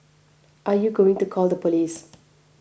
are you going to call the police